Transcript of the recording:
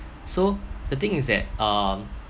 so the thing is that um